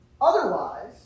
Otherwise